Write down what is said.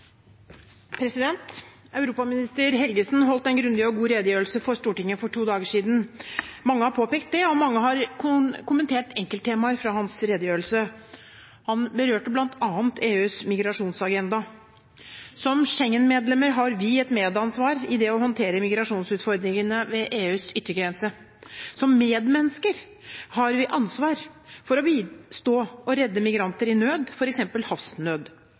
Europaminister Helgesen holdt en grundig og god redegjørelse for Stortinget for to dager siden. Mange har påpekt det, og mange har kommentert enkelttemaer fra hans redegjørelse. Han berørte bl.a. EUs migrasjonsagenda. Som Schengen-medlem har vi et medansvar i det å håndtere migrasjonsutfordringene ved EUs yttergrenser. Som medmennesker har vi ansvar for å bistå og redde migranter i nød, f.eks. havsnød.